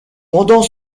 pendant